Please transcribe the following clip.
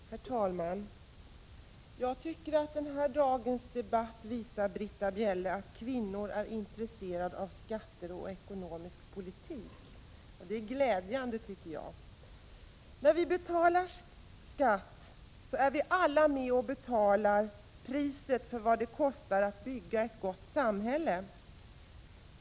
Herr talman! Jag tycker, Britta Bjelle, att den här dagens debatt visar att kvinnor är intresserade av skatter och ekonomisk politik. Det är glädjande, tycker jag. När vi betalar vår skatt är vi alla med och betalar priset, vad det kostar att bygga ett gott samhälle.